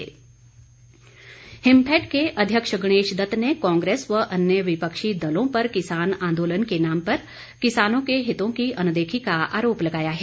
गणेशदत्त हिमफैड के अध्यक्ष गणेशदत्त ने कांग्रेस व अन्य विपक्षी दलों पर किसान आंदोलन के नाम पर किसानों के हितों की अनदेखी का आरोप लगाया है